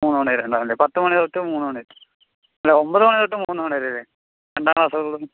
മൂന്നുമണിവരെ ഉണ്ടാകുമല്ലെ പത്തുമണിതൊട്ട് മൂന്നുമണി അല്ല ഒമ്പത് മണിതൊട്ട് മൂന്നുമണിവരെല്ലേ രണ്ടാംക്ലാസ്സിൽ ഉള്ളവർക്ക്